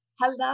Hello